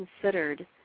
considered